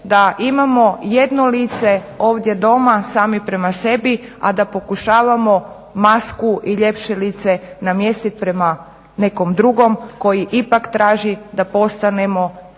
da imamo jedno lice ovdje doma, sami prema sebi, a da pokušavamo masku i ljepše lice namjestit prema nekom drugom koji ipak traži da postanemo i